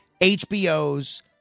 HBO's